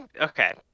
Okay